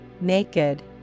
naked